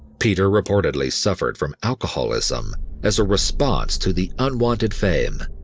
peter reportedly suffered from alcoholism as a response to the unwanted fame,